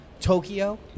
Tokyo